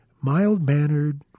mild-mannered